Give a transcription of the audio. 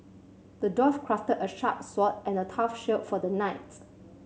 the dwarf crafted a sharp sword and a tough shield for the knights